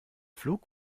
flug